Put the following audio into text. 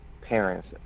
parents